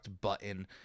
button